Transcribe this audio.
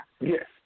Yes